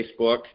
Facebook